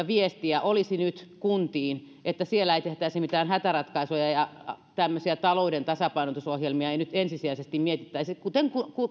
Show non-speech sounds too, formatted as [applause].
[unintelligible] viestiä olisi nyt kuntiin että siellä ei tehtäisi mitään hätäratkaisuja ja tämmöisiä talouden tasapainotusohjelmia ei nyt ensisijaisesti mietittäisi kuten